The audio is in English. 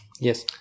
Yes